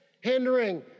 hindering